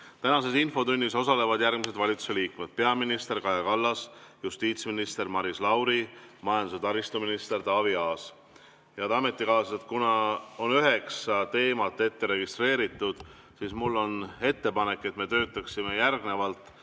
Tänases infotunnis osalevad järgmised valitsusliikmed: peaminister Kaja Kallas, justiitsminister Maris Lauri, majandus‑ ja taristuminister Taavi Aas. Head ametikaaslased, kuna üheksa teemat on ette registreeritud, siis mul on ettepanek, et me töötaksime järgnevalt